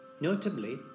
Notably